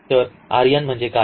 तर R n म्हणजे काय